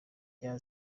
rya